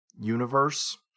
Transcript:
universe